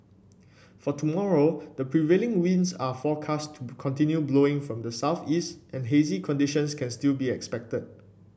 for tomorrow the prevailing winds are forecast to continue blowing from the southeast and hazy conditions can still be expected